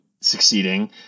succeeding